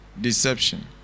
deception